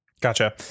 Gotcha